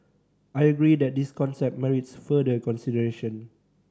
I agree that this concept merits further consideration